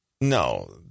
no